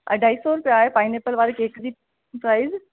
अढाई सौ रुपया आहे पाइनएप्पल वारे केक जी प्राइज